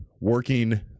working